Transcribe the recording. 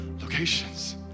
locations